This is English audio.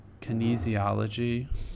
kinesiology